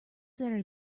there